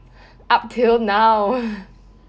up till now